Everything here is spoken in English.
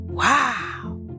Wow